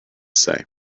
say